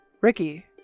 Ricky